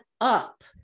up